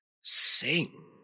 sing